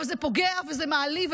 אבל זה פוגע וזה מעליב.